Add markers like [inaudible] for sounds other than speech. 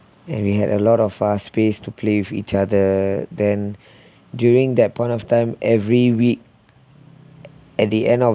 and we had a lot of far space to play with each other then [breath] during that point of time every week at the end of